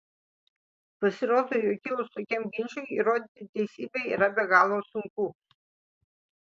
pasirodo jog kilus tokiam ginčui įrodyti teisybę yra be galo sunku